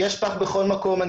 יש פח בכל מקום.